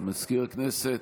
מזכיר הכנסת,